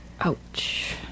Ouch